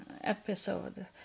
episode